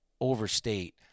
overstate